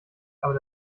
aber